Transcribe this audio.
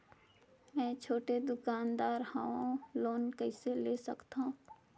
मे छोटे दुकानदार हवं लोन कइसे ले सकथव?